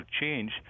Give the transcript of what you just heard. change